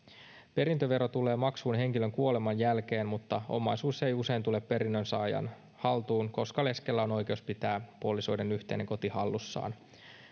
perintövero tulee maksuun henkilön kuoleman jälkeen mutta omaisuus ei usein tule perinnönsaajan haltuun koska leskellä on oikeus pitää puolisoiden yhteinen koti hallussaan